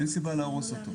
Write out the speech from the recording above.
אין סיבה להרוס אותו.